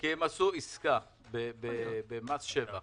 כי הם עשו עסקה במס שבח